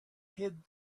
hid